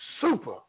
super